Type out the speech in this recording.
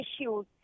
issues